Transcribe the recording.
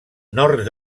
nord